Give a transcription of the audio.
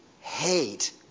hate